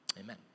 amen